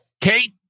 Kate